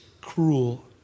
cruel